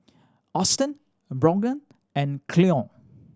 Austen Brogan and Cleone